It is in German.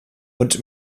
und